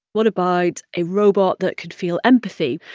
what about a robot that could feel empathy?